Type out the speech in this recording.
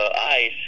ICE